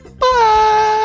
bye